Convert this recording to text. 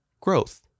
Growth